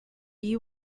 you